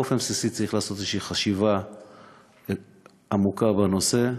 באופן בסיסי צריך לעשות איזושהי חשיבה עמוקה בנושא,